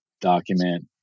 document